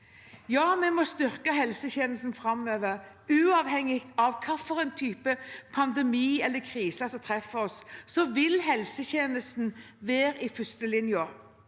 Vi må styrke helsetjenesten framover. Uavhengig av hvilken type pandemi eller krise som treffer oss, vil helsetjenesten være i førstelinjen.